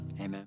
amen